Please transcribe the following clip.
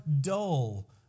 dull